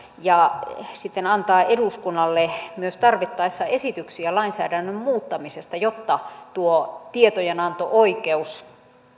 ja sitten antaa eduskunnalle tarvittaessa myös esityksiä lainsäädännön muuttamisesta jotta tuo tietojenanto oikeus